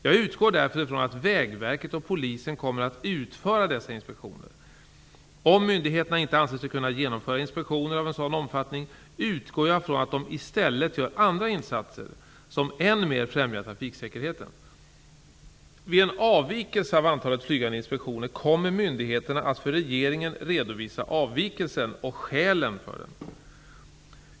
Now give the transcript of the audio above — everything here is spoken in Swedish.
Jag utgår därför från att Vägverket och Polisen kommer att utföra dessa inspektioner. Om myndigheterna inte anser sig kunna genomföra inspektioner av en sådan omfattning utgår jag ifrån att de i stället gör andra insatser som än mer främjar trafiksäkerheten. Vid en avvikelse av antalet flygande inspektioner kommer myndigheterna att för regeringen redovisa avvikelsen och skälen för den.